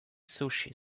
sushi